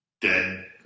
dead